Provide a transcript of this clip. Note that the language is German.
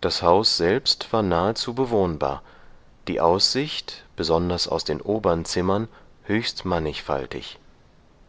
das haus selbst war nahezu bewohnbar die aussicht besonders aus den obern zimmern höchst